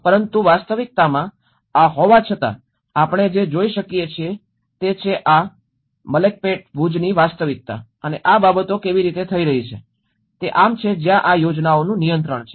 પરંતુ વાસ્તવિકતામાં આ હોવા છતાં આપણે જે જોઇ શકીએ છીએ તે છે આ મલકપેટ ભુજની વાસ્તવિકતા અને આ બાબતો કેવી રીતે થઈ રહી છે તે આમ છે જ્યાં આ યોજનાનું નિયંત્રણ છે